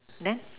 then